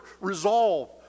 resolve